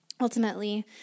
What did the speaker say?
ultimately